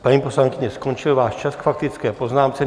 Paní poslankyně, skončil váš čas k faktické poznámce.